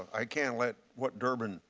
i can't let what durbin,